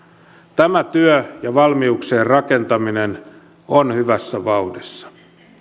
tämä työ ja valmiuksien rakentaminen on hyvässä vauhdissa